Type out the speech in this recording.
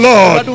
Lord